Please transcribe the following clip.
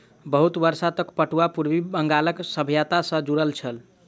बहुत वर्ष तक पटुआ पूर्वी बंगालक सभ्यता सॅ जुड़ल छल